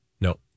No